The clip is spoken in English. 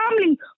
family